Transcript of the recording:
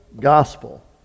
gospel